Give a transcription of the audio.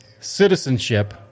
citizenship